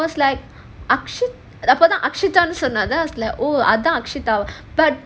then I was like அப்போதான்:appothaan then was like oo but